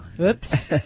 Oops